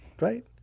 right